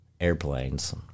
airplanes